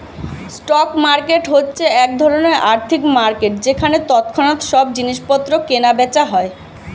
stock market হচ্ছে এক ধরণের আর্থিক মার্কেট যেখানে তৎক্ষণাৎ সব জিনিসপত্র কেনা বেচা হয়